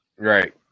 Right